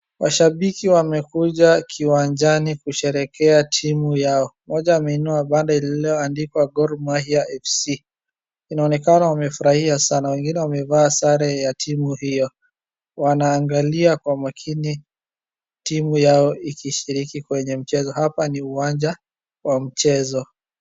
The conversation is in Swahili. Washabiki wamekuja uwanjani kusherehekea timu yao. Mmoja ameinua bango lililo andikwa Gor Mahia Fc inaonekana wamefurahia sana wengine wamevaa sare ya timu hiyo wanaangalia kwa makini timu yao ikishiriki kwenye mchezo. Hapa ni uwanja wa mchezo.